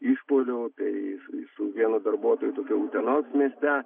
išpuolių tai su vienu darbuotoju tokiu utenos mieste